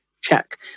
check